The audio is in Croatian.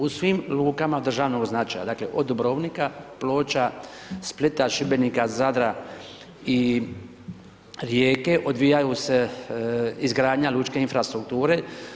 U svim lukama državnog značaja, dakle od Dubrovnika, Ploča, Splita, Šibenika, Zadra i Rijeke, odvijaju se izgradnja lučke infrastrukture.